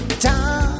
Time